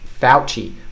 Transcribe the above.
Fauci